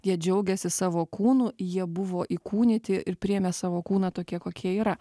jie džiaugiasi savo kūnu jie buvo įkūnyti ir priėmė savo kūną tokie kokie yra